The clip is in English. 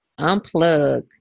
unplug